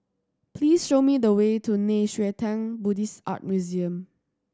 please show me the way to Nei Xue Tang Buddhist Art Museum